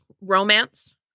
romance